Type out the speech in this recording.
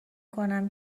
کنم